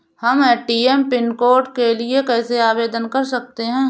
हम ATM PIN code के लिए कैसे आवेदन कर सकते हैं?